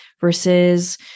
versus